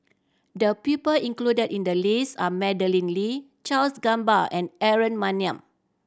the people included in the list are Madeleine Lee Charles Gamba and Aaron Maniam